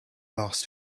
last